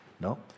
no